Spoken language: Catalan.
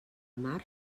mar